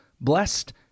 blessed